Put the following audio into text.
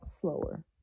slower